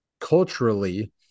culturally